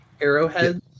arrowheads